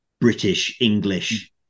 British-English